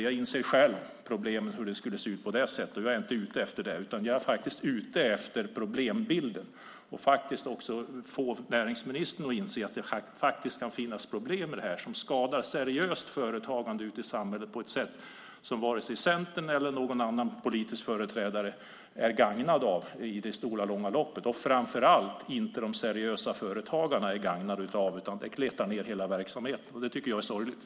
Jag inser själv problemet med hur den skulle se ut. Jag är inte ute efter det. Jag är ute efter problembilden och att få näringsministern att inse att det kan finnas problem som skadar seriöst företagande i samhället på ett sätt som i det långa loppet varken gagnar Centern eller någon annan politisk företrädare. Framför allt gagnar det inte de seriösa företagarna, utan det kletar ned hela verksamheten. Det tycker jag är sorgligt.